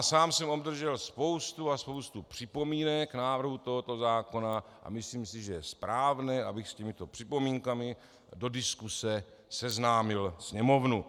Sám jsem obdržel spoustu a spoustu připomínek k návrhu tohoto zákona a myslím si, že je správné, abych s těmito připomínkami do diskuze seznámil Sněmovnu.